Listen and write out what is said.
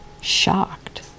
shocked